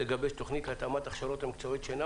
לגבש תוכנית להתאמת הכשרות במקצועות שאינם